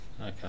okay